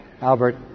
Albert